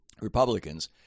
Republicans